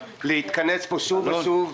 אנחנו צריכים להתכנס פה שוב ושוב,